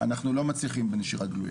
אנחנו לא מצליחים בנשירה גלויה.